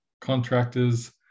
contractors